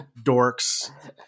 dorks